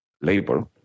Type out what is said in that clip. labor